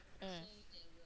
mm